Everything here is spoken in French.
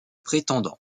prétendants